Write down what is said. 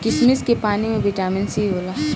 किशमिश के पानी में बिटामिन सी होला